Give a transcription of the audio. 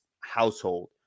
household